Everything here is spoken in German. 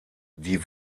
die